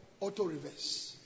auto-reverse